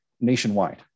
nationwide